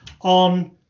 on